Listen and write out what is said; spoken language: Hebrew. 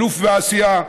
אלוף בעשייה,